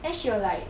then she will like